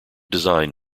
design